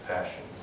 Passion